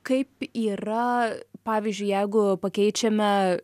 kaip yra pavyzdžiui jeigu pakeičiame